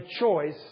choice